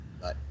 bye